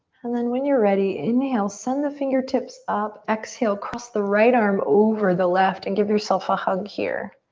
and then when you're ready, inhale, send the fingertips up. exhale, cross the right arm over the left and give yourself a hug here.